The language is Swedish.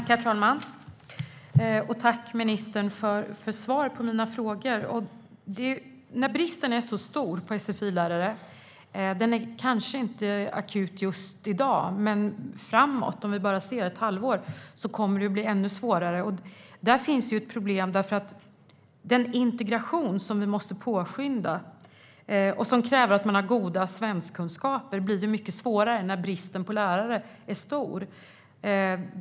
Herr talman! Tack, ministern, för svar på mina frågor! Det finns ett problem med att bristen är så stor på sfi-lärare. Den är kanske inte akut just i dag men framöver, om bara ett halvår, kommer det att bli ännu svårare. Den integration som vi måste påskynda och som kräver goda svenskkunskaper blir mycket svårare när bristen på lärare är stor.